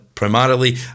Primarily